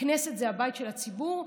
הכנסת זה הבית של הציבור,